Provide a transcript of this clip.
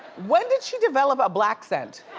when did she develop a blaccent?